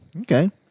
Okay